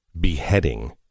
beheading